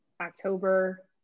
October